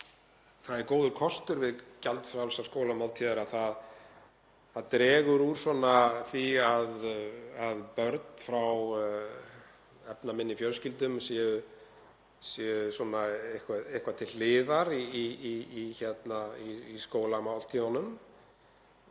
Það er góður kostur við gjaldfrjálsar skólamáltíðir, dregur úr því að börn frá efnaminni fjölskyldum séu sett eitthvað til hliðar í skólamáltíðunum